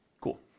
Cool